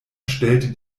stellte